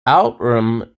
outram